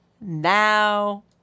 now